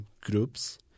groups